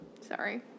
sorry